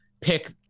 pick